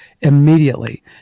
immediately